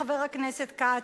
חבר הכנסת כץ,